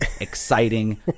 exciting